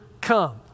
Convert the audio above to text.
come